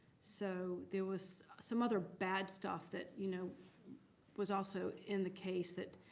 so there was some other bad stuff that you know was also in the case that